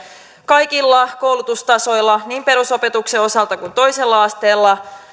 kaikilla koulutustasoilla niin perusopetuksen osalta kuin toisella asteella